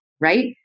right